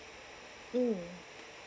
mm